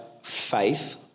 faith